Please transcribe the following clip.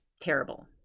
terrible